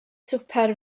swper